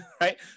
right